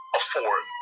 afford